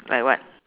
like what